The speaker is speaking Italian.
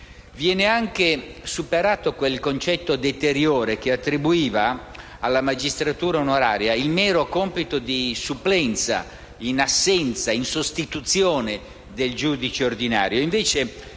Viene anche superato quel concetto deteriore che attribuiva alla magistratura onoraria il mero compito di supplenza in sostituzione del giudice ordinario